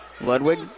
Ludwig